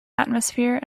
atmosphere